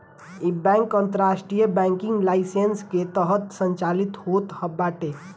इ बैंक अंतरराष्ट्रीय banking licence के तहत संचालित होत बाटे